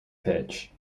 pitch